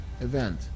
event